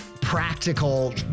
practical